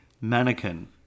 mannequin